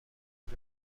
نیز